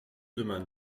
demain